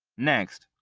next,